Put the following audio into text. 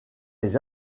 les